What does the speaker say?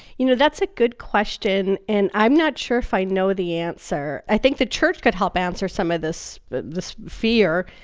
you know, that's a good question, and i'm not sure if i know the answer. i think the church could help answer some of this but this fear.